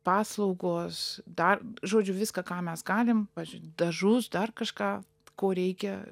paslaugos dar žodžiu viską ką mes galim pavydžiui dažus dar kažką ko reikia